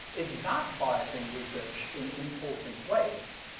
is that biasing research in important ways?